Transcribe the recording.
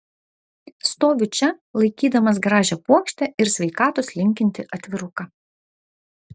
stoviu čia laikydamas gražią puokštę ir sveikatos linkintį atviruką